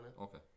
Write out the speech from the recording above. Okay